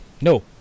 No